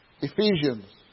Ephesians